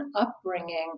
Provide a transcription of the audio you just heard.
upbringing